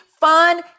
fun